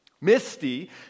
Misty